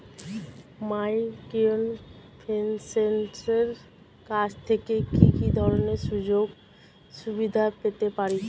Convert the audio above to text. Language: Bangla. মাইক্রোফিন্যান্সের কাছ থেকে কি কি ধরনের সুযোগসুবিধা পেতে পারি?